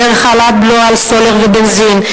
דרך העלאת בלו על סולר ובנזין,